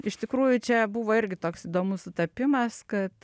iš tikrųjų čia buvo irgi toks įdomus sutapimas kad